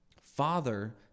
Father